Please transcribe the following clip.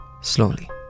slowly